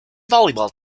volleyball